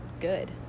good